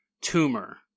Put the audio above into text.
tumor